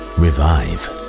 revive